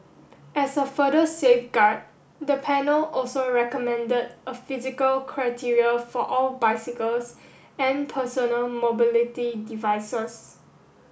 as a further safeguard the panel also recommended a physical criteria for all bicycles and personal mobility devices